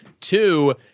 Two